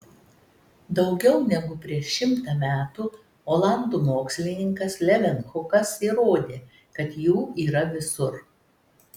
daugiau negu prieš šimtą metų olandų mokslininkas levenhukas įrodė kad jų yra visur